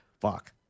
Fuck